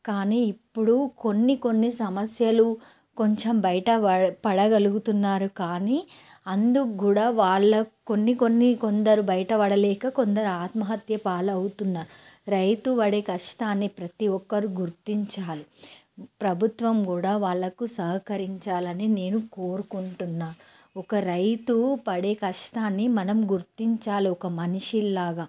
కానీ ఇప్పుడు కొన్ని కొన్ని సమస్యలు కొంచెం బయట వా పడగలుగుతున్నారు కానీ అందుకు కూడా వాళ్ళకి కొన్ని కొన్ని కొందరు బయటపడలేక కొందరు ఆత్మహత్య పాలవుతున్న రైతు పడే కష్టాన్ని ప్రతీ ఒక్కరు గుర్తించాలి ప్రభుత్వం కూడా వాళ్ళకు సహకరించాలని నేను కోరుకుంటున్నాను ఒక రైతు పడే కష్టాన్ని మనం గుర్తించాలి ఒక మనిషి లాగా